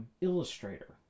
Illustrator